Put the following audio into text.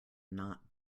not